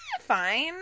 fine